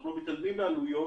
אנחנו לא מתעלמים מן העלויות,